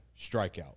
strikeout